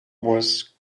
was